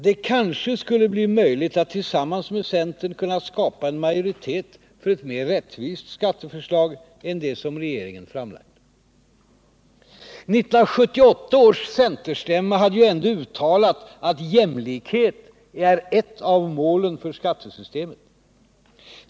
Det kanske skulle bli möjligt att tillsammans med centern skapa en majoritet för ett mer rättvist skatteförslag än det som regeringen framlagt. 1978 års centerstämma hade ändå uttalat att jämlikhet är ett av målen för skattesystemet.